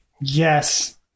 Yes